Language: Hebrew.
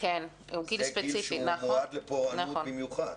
זה גיל שהוא מועד לפורענות במיוחד.